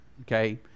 okay